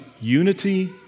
unity